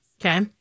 Okay